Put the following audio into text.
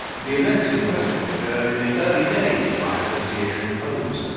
the events in question occurred in the early days of my association with holmes,